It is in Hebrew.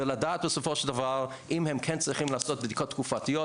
ולדעת בסופו של דבר אם הם כן צריכים לעשות בדיקות תקופתיות,